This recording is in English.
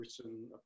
written